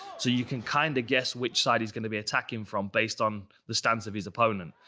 so, you can kind of guess which side he's gonna be attacking from based on the stance of his opponent.